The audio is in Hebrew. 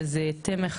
שזה תמך,